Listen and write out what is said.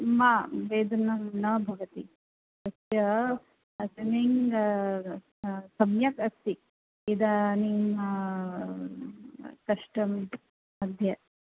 मा वेदनं न भवति अस्य स्विमिङ्ग् सम्यक् अस्ति इदानीं कष्टम् अद्य